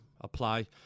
apply